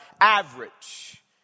average